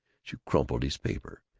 she crumpled his paper,